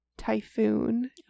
typhoon